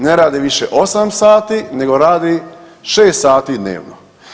Ne radi više 8 sati nego radi 6 sati dnevno.